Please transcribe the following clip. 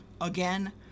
again